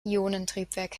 ionentriebwerk